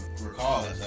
Recall